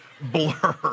blur